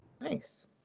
Nice